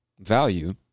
Value